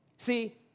See